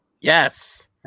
Yes